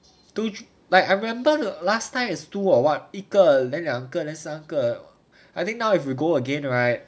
two like I remember the last time is two or what 一个 then 两个 then 三个 I think now we can go again right